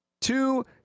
Two